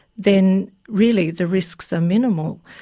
then really the risks are minimal.